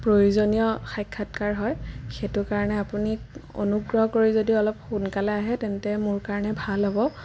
প্ৰয়োজনীয় সাক্ষাৎকাৰ হয় সেইটো কাৰণে আপুনি অনুগ্ৰহ কৰি যদি অলপ সোনকালে আহে তেন্তে মোৰ কাৰণে ভাল হ'ব